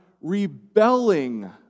rebelling